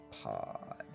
Pod